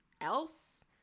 else